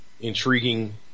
intriguing